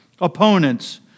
opponents